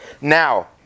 Now